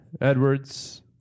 Edwards